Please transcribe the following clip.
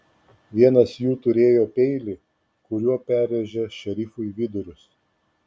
vienas jų turėjo peilį kuriuo perrėžė šerifui vidurius